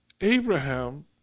Abraham